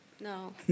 No